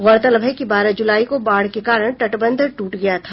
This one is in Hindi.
गौरतलब है कि बारह जुलाई को बाढ़ के कारण तटबंध टूट गया था